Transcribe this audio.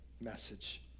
message